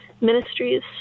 ministries